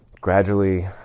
Gradually